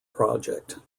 project